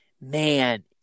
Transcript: Man